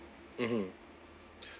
mmhmm